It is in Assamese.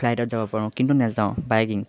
ফ্লাইটত যাব পাৰোঁ কিন্তু নেযাওঁ বাইকিং